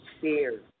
fear